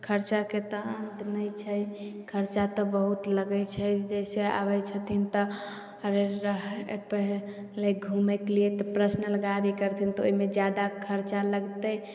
खर्चाके तऽ अन्त नहि छै खर्चा तऽ बहुत लगै छै जाहि सऽ आबै छथिन तऽ एतऽ घुमयके लिए पर्सनल गाड़ी चढ़थिन तऽ ओहिमे जादा खर्चा लगतै